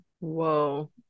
Whoa